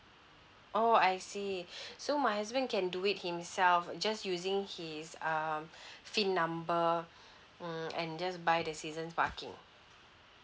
oh I see so my husband can do it himself just using his um F_I_N number mm and just buy the season parking